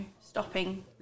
stopping